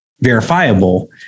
verifiable